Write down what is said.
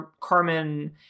Carmen